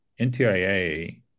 NTIA